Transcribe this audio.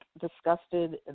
disgusted